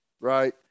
right